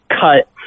cut